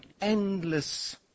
endless